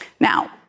Now